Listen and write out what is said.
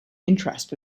interest